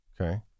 Okay